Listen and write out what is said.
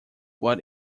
what